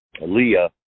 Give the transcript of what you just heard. Leah